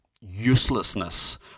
uselessness